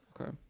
Okay